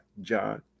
john